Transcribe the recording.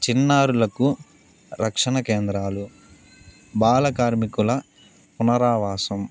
చిన్నారులకు రక్షణ కేంద్రాలు బాల కార్మికుల పునరావాసం